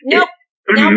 Nope